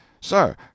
Sir